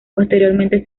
posteriormente